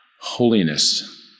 holiness